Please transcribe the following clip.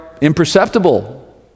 imperceptible